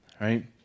right